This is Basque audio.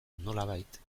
nolabait